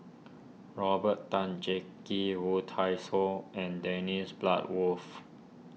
Robert Tan Jee Key Woon Tai So and Dennis Bloodworth